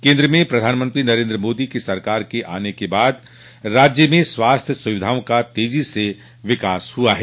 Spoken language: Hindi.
केन्द्र में प्रधानमंत्री नरेन्द्र मोदी की सरकार के आने के बाद राज्य में स्वास्थ्य सुविधाओं का तेजी से विकास हुआ है